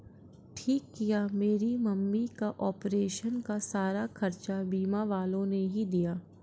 ठीक किया मेरी मम्मी का ऑपरेशन का सारा खर्चा बीमा वालों ने ही दिया